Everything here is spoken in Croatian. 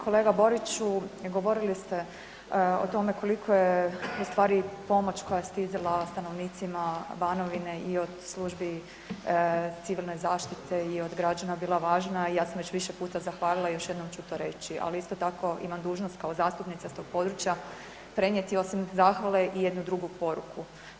Kolega Boriću govorili ste o tome koliko je ustvari pomoć koja je stizala stanovnicima Banovine i od službi civilne zaštite i od građana bila važna i ja sam već više puta zahvalila i još jednom ću to reći, ali isto tako imam dužnost kao zastupnica tog područja prenijeti osim zahvale i jednu drugu poruku.